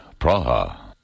Praha